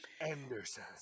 Anderson